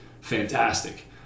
fantastic